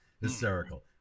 Hysterical